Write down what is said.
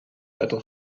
better